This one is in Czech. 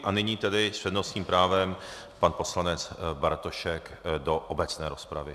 A nyní tedy s přednostním právem pan poslanec Bartošek do obecné rozpravy.